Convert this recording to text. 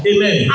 Amen